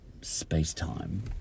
space-time